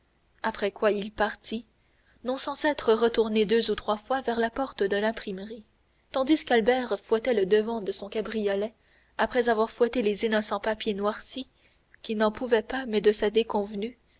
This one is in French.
après quoi il partit non sans s'être retourné deux ou trois fois vers la porte de l'imprimerie tandis qu'albert fouettait le devant de son cabriolet après avoir fouetté les innocents papiers noircis qui n'en pouvaient mais de sa déconvenue